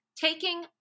taking